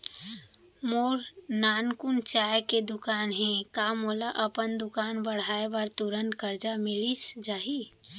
मोर नानकुन चाय के दुकान हे का मोला अपन दुकान बढ़ाये बर तुरंत करजा मिलिस जाही?